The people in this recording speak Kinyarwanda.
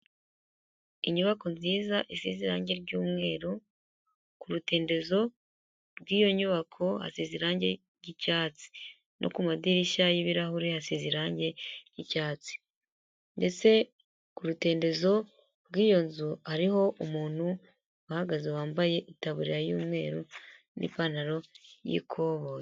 Inyubako nziza isize irangi ry'umweru ku rutendezo rw'iyo nyubako hasize irangi ry'icyatsi no ku madirishya y'ibirahure hasize irangi ry'icyatsi mbese ku rutendezo rw'iyo nzu hariho umuntu uhagaze wambaye itaburiya y'umweru n'ipantaro y'ikoboyi.